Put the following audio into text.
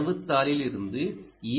தரவுத் தாளில் இருந்து ஈ